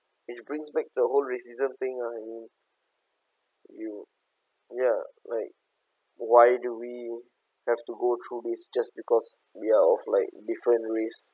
which brings back to the whole racism thing ah you mean you ya like why do we have to go through these just because we are of like different race